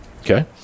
Okay